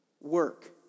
work